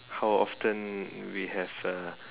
how often we have uh